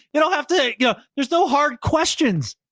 you don't have to, yeah there's no hard questions.